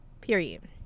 Period